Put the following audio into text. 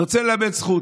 אני רוצה ללמד זכות.